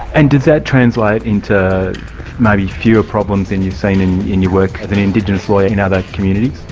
and does that translate into maybe fewer problems than you've seen in in your work as an indigenous lawyer in other communities?